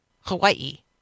Hawaii